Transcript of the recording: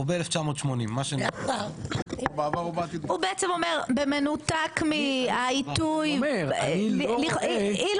שנאמר בעבר או בעתיד הוא בעצם אומר במנותק מהעיתוי אילו